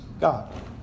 God